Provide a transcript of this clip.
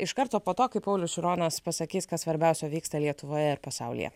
iš karto po to kai paulius šironas pasakys kas svarbiausio vyksta lietuvoje ir pasaulyje